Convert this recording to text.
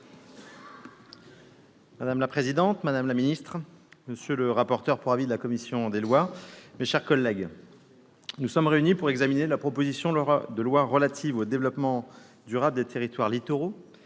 Madame la présidente, madame la secrétaire d'État, monsieur le rapporteur pour avis de la commission des lois, mes chers collègues, nous sommes réunis pour examiner la proposition de loi relative au développement durable des territoires littoraux,